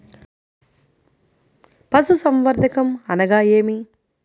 పశుసంవర్ధకం అనగా ఏమి?